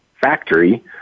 factory